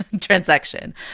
transaction